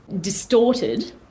distorted